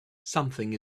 something